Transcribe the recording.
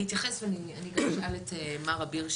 אני רוצה להתייחס ואשאל את מר אביר שאלה.